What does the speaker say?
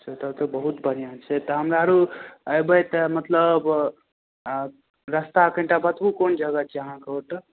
सेसब तऽ बहुत बढ़िऑं छै तऽ हमराआरू अयबै तऽ मतलब आब रस्ता कनिटा बतहू कोन जगह छै अहाँके ओतऽ